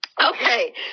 okay